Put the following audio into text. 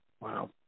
wow